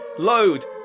Load